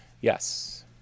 Yes